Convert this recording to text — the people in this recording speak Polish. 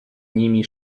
nimi